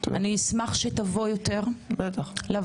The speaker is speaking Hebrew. אני אשמח שתבוא יותר לוועדות.